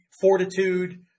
fortitude